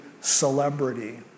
celebrity